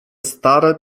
stare